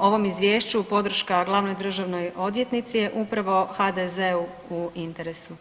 ovom izvješću, podrška glavnoj državnoj odvjetnici je upravo HDZ-u u interesu.